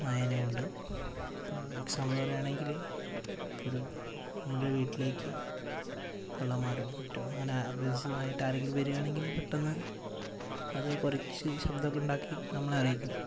നായേനെ കൊണ്ട് ഇപ്പൊൾ എക്സാംപിൾ പറയാണെങ്കില് ഇപ്പോരു നമ്മളൊരു വീട്ടിലേക്ക് കള്ളന്മാരോ മറ്റോ അങ്ങനെ അപരിചിതനായിട്ട് ആരെങ്കിലും വരുവാണെങ്കിൽ പെട്ടെന്ന് അത് കുരച്ച് ശബ്ദമൊക്കെ ഉണ്ടാക്കി നമ്മളെ അറിയിക്കും